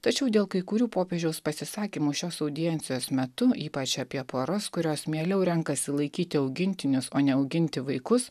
tačiau dėl kai kurių popiežiaus pasisakymų šios audiencijos metu ypač apie poras kurios mieliau renkasi laikyti augintinius o ne auginti vaikus